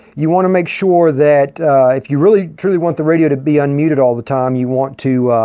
you want to make sure that if you really, truly want the radio to be unmuted all the time, you want to